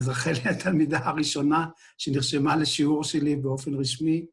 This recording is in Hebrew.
אז רחל היא התלמידה הראשונה שנרשמה לשיעור שלי באופן רשמי.